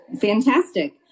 fantastic